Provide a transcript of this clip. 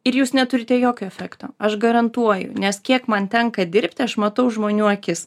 ir jūs neturite jokio efekto aš garantuoju nes kiek man tenka dirbti aš matau žmonių akis